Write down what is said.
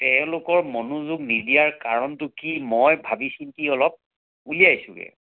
তেওঁলোকৰ মনোযোগ নিদিয়াৰ কাৰণটো কি মই ভাবি চিন্তি অলপ উলিয়াছোঁগৈ